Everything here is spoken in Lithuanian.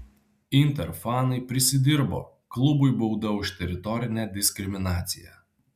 inter fanai prisidirbo klubui bauda už teritorinę diskriminaciją